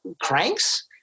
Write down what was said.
cranks